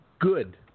Good